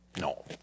No